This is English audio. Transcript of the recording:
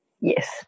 Yes